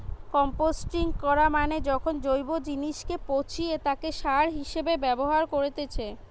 composting করা মানে যখন জৈব জিনিসকে পচিয়ে তাকে সার হিসেবে ব্যবহার করেতিছে